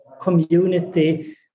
community